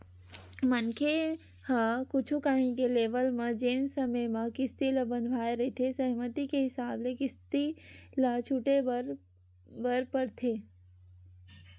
मनखे ह कुछु काही के लेवब म जेन समे म किस्ती ल बंधवाय रहिथे सहमति के हिसाब ले किस्ती ल छूटे बर परथे बेरा म